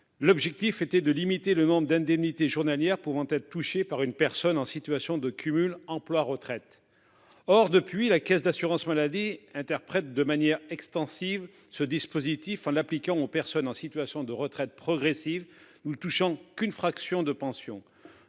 l'objectif de limiter le nombre d'indemnités journalières pouvant être touchées par une personne en situation de cumul emploi-retraite. Depuis lors, la caisse primaire d'assurance maladie (CPAM) interprète de manière extensive ce dispositif, en l'appliquant aux personnes en situation de retraite progressive ne touchant qu'une fraction de pension.